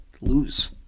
lose